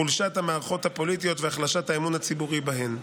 חולשת המערכות הפוליטיות והחלשת האמון הציבורי בהן.